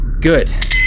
Good